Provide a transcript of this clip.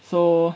so